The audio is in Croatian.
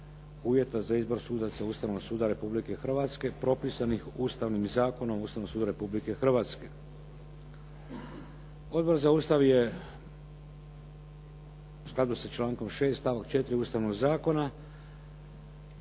uvjeta za izbor sudaca Ustavnog suda Republike Hrvatske propisanih Ustavnim zakonom o Ustavnom sudu Republike Hrvatske. Odbor za Ustav je u skladu sa člankom 6. stavak 4. Ustavnog zakona